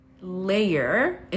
layer